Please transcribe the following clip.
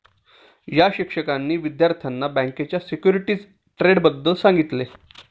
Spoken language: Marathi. या शिक्षकांनी विद्यार्थ्यांना बँकेच्या सिक्युरिटीज ट्रेडबद्दल सांगितले